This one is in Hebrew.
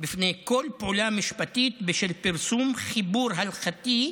בפני כל פעולה משפטית, בשל פרסום חיבור הלכתי,